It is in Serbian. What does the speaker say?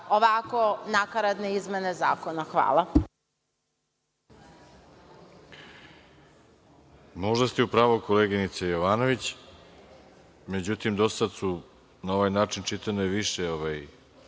ovako nakaradne izmene zakona. Hvala.